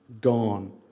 Gone